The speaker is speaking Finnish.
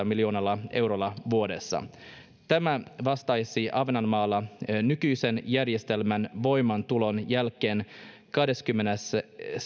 miljoonalla eurolla vuodessa tämä vastaisi ahvenanmaalla nykyisen järjestelmän voimaantulon jälkeen kahdessakymmenessä